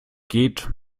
geht